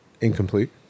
incomplete